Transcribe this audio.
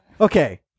Okay